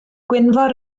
gwynfor